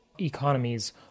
economies